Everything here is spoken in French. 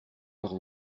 par